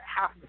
half